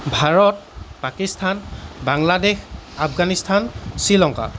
Bharat Pakistan Bangladesh Afghanistan Sri Lanka